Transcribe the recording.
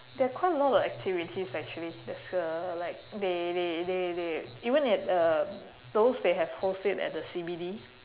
there are quite a lot of activities actually there's uh like they they they they even at uh those they have host it at the C_B_D